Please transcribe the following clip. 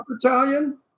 Italian